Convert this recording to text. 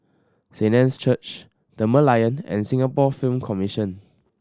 Saint Anne's Church The Merlion and Singapore Film Commission